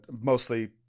Mostly